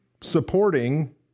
supporting